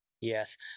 Yes